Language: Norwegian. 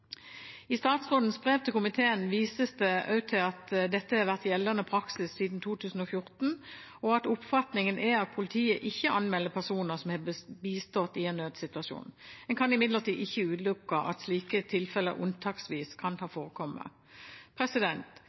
I statsrådens brev til komiteen vises det også til at dette har vært gjeldende praksis siden 2014, og at oppfatningen er at politiet ikke anmelder personer som har bistått i en nødssituasjon. En kan imidlertid ikke utelukke at slike tilfeller unntaksvis har forekommet.